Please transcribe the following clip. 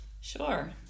Sure